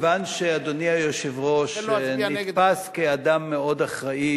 כיוון שאדוני היושב-ראש נתפס כאדם מאוד אחראי,